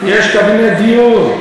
יש קבינט דיור.